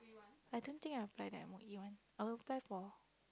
I don't think I applied the M_O_E one I apply for